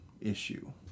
issue